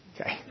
Okay